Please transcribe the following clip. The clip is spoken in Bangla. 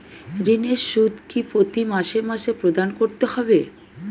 ঋণের সুদ কি প্রতি মাসে মাসে প্রদান করতে হবে?